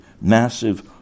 massive